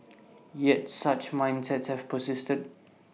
yet such mindsets have persisted